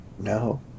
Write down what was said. no